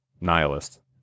nihilist